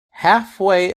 halfway